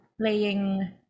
playing